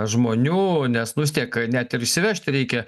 žmonių nes nu vis tiek net ir įsivežt reikia